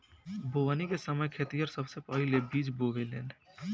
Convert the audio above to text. बोवनी के समय खेतिहर सबसे पहिले बिज बोवेलेन